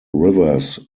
rivers